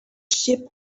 ship